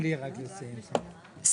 (ב)